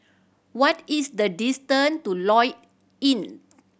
what is the distant to Lloyds Inn